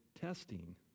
testing